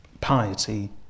piety